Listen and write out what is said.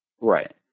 Right